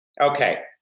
Okay